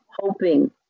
hoping